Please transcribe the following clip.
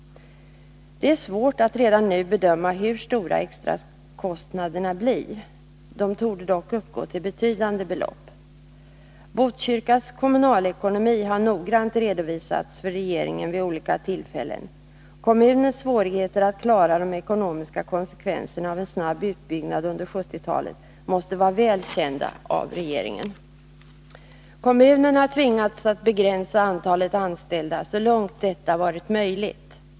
Det är svårt att redan nu bedöma hur stora extrakostnaderna blir. De torde dock uppgå till betydande belopp. Botkyrkas kommunalekonomi har noggrant redovisats för regeringen vid olika tillfällen. Kommunens svårigheter att klara de ekonomiska konsekvenserna av en snabb utbyggnad under 1970-talet måste vara väl kända av regeringen. Kommunen har tvingats att begränsa antalet anställda så långt detta varit möjligt.